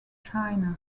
china